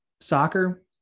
soccer